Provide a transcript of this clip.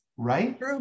right